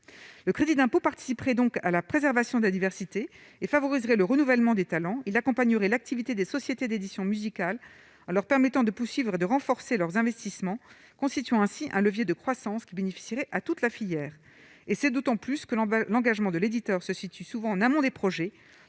le crédit d'impôt participerait donc à la préservation de la diversité et favoriserait le renouvellement des talents, il accompagnerait l'activité des sociétés d'édition musicale à leur permettant de poursuivre et de renforcer leurs investissements, constituant ainsi un levier de croissance qui bénéficierait à toute la filière et c'est d'autant plus que l'on va l'engagement de l'éditeur se situent souvent en amont des projets